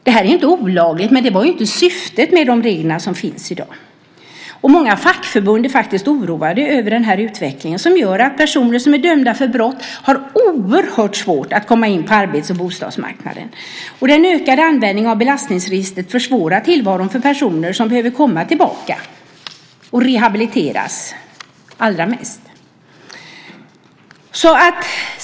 Detta är inte olagligt, men det var inte syftet med de regler som finns i dag. Och många fackförbund är faktiskt oroade över denna utveckling som gör att personer som är dömda för brott har oerhört svårt att komma in på arbets och bostadsmarknaden. Och den ökade användningen av belastningsregistret försvårar tillvaron för personer som allra mest behöver komma tillbaka till samhället och rehabiliteras.